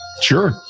sure